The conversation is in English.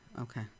Okay